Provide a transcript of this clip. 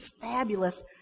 fabulous